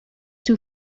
too